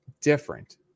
different